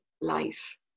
life